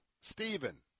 Stephen